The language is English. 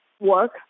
work